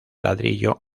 ladrillo